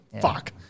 Fuck